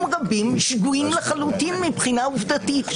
רבים שגויים לחלוטין מבחינה עובדתית.